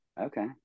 Okay